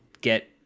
get